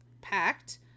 packed